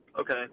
Okay